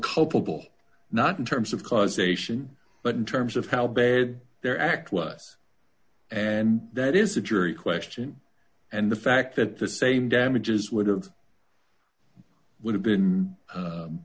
culpable not in terms of causation but in terms of how bad their act was and that is a jury question and the fact that the same damages would have would have been